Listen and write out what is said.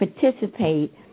participate